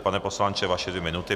Pane poslanče, vaše dvě minuty.